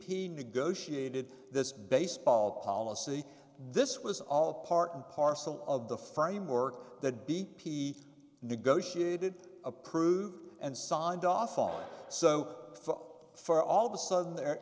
p negotiated this baseball policy this was all part and parcel of the framework that b p negotiated approved and signed off on so far all of a sudden the